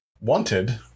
wanted